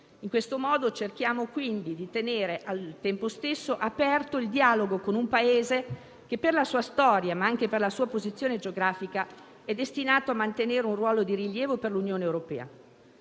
In questo modo cerchiamo di tenere al tempo stesso aperto il dialogo con un Paese che per la sua storia, ma anche per la sua posizione geografica, è destinato a mantenere un ruolo di rilievo per l'Unione europea.